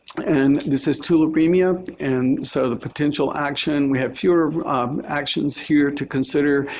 and this is tularemia. and so the potential action, we have fewer actions here to consider.